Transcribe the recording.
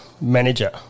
manager